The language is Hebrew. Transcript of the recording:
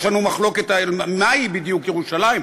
יש לנו מחלוקת על מהי בדיוק ירושלים,